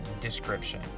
description